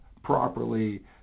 properly